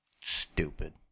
Stupid